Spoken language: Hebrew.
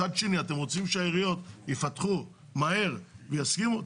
מצד שני, אתם רוצים שהעיריות יפתחו מהר ויסכימו?